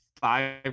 five